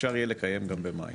אפשר יהיה לקיים גם במאי.